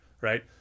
right